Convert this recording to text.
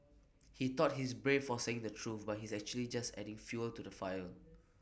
he thought he's brave for saying the truth but he's actually just adding fuel to the fire